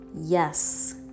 Yes